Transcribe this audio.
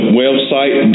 website